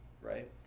right